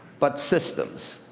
but systems.